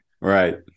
right